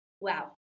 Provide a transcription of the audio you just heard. wow